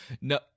No